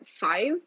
five